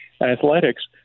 Athletics